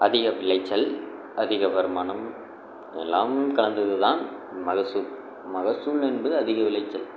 அதிக விளைச்சல் அதிக வருமானம் எல்லாமும் கலந்ததுதான் மகசூல் மகசூல் என்பது அதிக விளைச்சல்